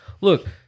look